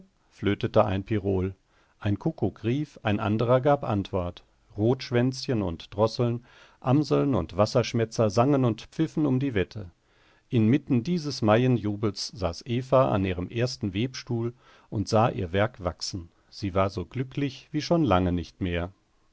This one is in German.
flötete ein pirol ein kuckuck rief ein anderer gab antwort rotschwänzchen und drosseln amseln und wasserschmätzer sangen und pfiffen um die wette inmitten dieses maienjubels saß eva an ihrem ersten webstuhl und sah ihr werk wachsen sie war so glücklich wie schon lange nicht mehr